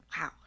Wow